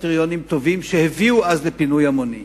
קריטריונים טובים שהביאו אז לפינוי המוני.